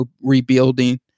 rebuilding